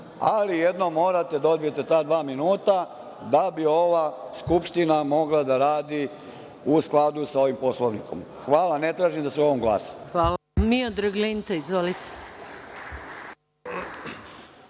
Ali jednom morate da odbijete ta dva minuta da bi ova Skupština mogla da radi u skladu sa ovim Poslovnikom. Hvala. Ne tražim da se o ovome glasa. **Maja